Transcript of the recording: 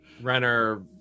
Renner